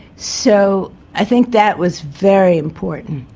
so i think that was very important.